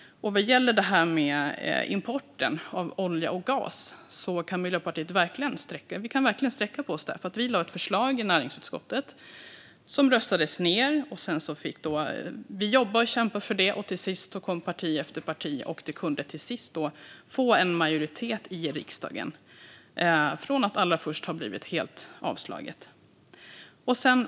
Vad gäller importen av olja och gas kan vi i Miljöpartiet verkligen sträcka på oss. Vi lade fram ett förslag i näringsutskottet som röstades ned. Sedan fick vi jobba och kämpa för det. Parti efter parti kom med, och förslaget fick till slut en majoritet i riksdagen - från att först ha blivit helt avslaget.